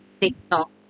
TikTok